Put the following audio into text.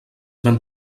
ben